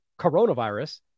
coronavirus